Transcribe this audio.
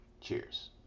Cheers